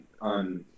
on